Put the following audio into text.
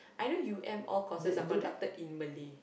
I know U_M all courses are conducted in Malay